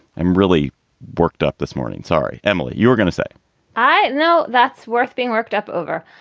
i'm really worked up this morning. sorry. emily, you were gonna say i know that's worth being worked up over.